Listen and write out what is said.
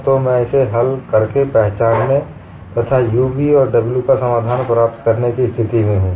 तो मैं इसे हल करके पहचानने तथा u v और w का समाधान प्राप्त करने की स्थिति में हूं